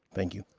thank you.